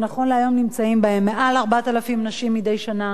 שנכון להיום נמצאים בהם מעל 4,000 נשים מדי שנה,